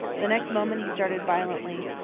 the next moment he started violently.